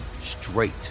straight